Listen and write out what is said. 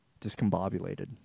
discombobulated